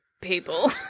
people